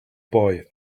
boy